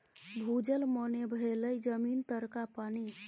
भूजल मने भेलै जमीन तरका पानि